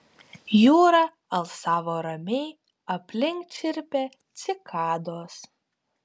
jūra alsavo ramiai aplink čirpė cikados